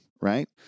right